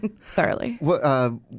thoroughly